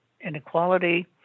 inequality